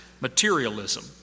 materialism